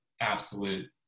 absolute